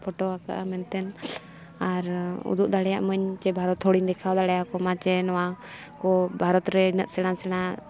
photo ᱟᱠᱟᱫᱟ ᱢᱮᱱᱛᱮ ᱟᱨ ᱩᱫᱩᱜ ᱫᱟᱲᱮᱭᱟᱜ ᱢᱟᱹᱧᱜ ᱩᱫᱩᱜ ᱫᱟᱲᱮᱭᱟᱜ ᱢᱟᱹᱧ ᱡᱮ ᱵᱷᱟᱨᱚᱛ ᱦᱚᱲᱤᱧ ᱫᱮᱠᱷᱟᱣ ᱫᱟᱲᱮᱭᱟᱠᱚ ᱢᱟ ᱡᱮ ᱩᱢᱟᱹᱠ ᱱᱚᱣᱟ ᱠᱚ ᱤᱱᱟᱹᱜ ᱥᱮᱬᱟ ᱥᱮᱬᱟ